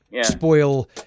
spoil